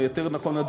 או יותר נכון,